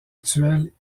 actuelles